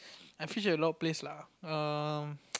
I fish at a lot place lah um